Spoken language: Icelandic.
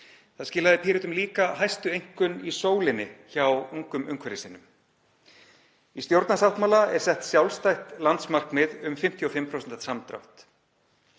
Það skilaði Pírötum líka hæstu einkunn í Sólinni hjá ungum umhverfissinnum. Í stjórnarsáttmála er sett sjálfstætt landsmarkmið um 55% samdrátt.